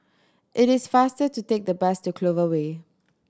it is faster to take the bus to Clover Way